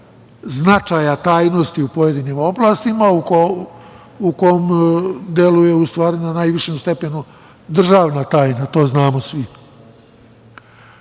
značaja tajnosti u pojedinim oblastima, u kom delu je u stvari na najvišem stepenu državna tajna, to znamo